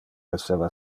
esseva